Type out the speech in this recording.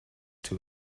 two